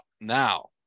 Now